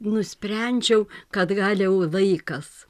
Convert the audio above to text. nusprendžiau kad gal jau laikas